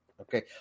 Okay